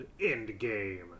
endgame